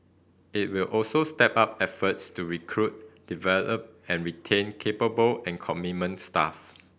it will also step up efforts to recruit develop and retain capable and commitment staff